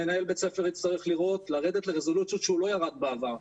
מנהל בית הספר יצטרך לרדת לרזולוציות שהוא לא ירד בעבר,